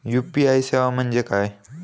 UPI सेवा म्हणजे काय?